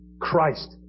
Christ